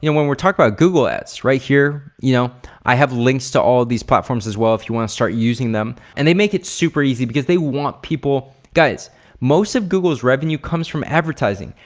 you know when we're talking about google ads, right? here you know i have links to all of these platforms as well if you wanna start using them and they make it super easy because they want people, guys most of google's revenue comes from advertising.